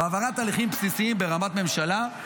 בהעברת תהליכים בסיסים ברמת ממשלה,